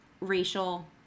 racial